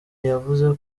yavuze